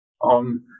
on